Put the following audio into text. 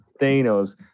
Thanos